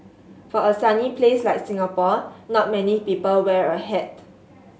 for a sunny place like Singapore not many people wear a hat